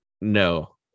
No